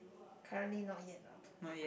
currently not yet lah